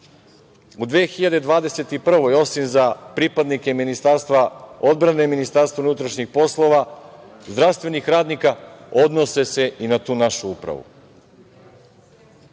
godini, osim za pripadnike Ministarstva odbrane, Ministarstva unutrašnjih poslova, zdravstvenih radnika, odnose se i na tu našu upravu